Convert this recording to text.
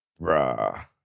Bruh